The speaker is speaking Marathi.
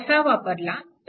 असा वापरला तर